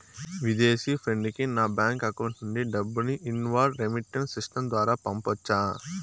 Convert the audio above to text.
విదేశీ ఫ్రెండ్ కి నా బ్యాంకు అకౌంట్ నుండి డబ్బును ఇన్వార్డ్ రెమిట్టెన్స్ సిస్టం ద్వారా పంపొచ్చా?